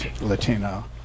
Latino